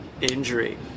injury